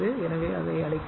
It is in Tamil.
எனவே அதை அழிக்கிறேன்